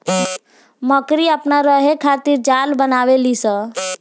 मकड़ी अपना रहे खातिर जाल बनावे ली स